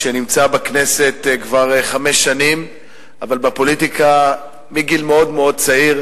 שנמצא בכנסת כבר חמש שנים אבל בפוליטיקה מגיל מאוד מאוד צעיר,